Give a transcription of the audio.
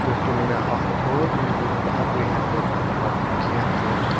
تُہۍ تُلِو مےٚ اکھ تھوٚد بہٕ اَکوٚے ہیٚکہٕ مَطلَب کھیٚتھ تہٕ